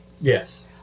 Yes